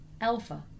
Alpha